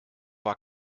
war